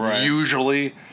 Usually